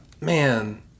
man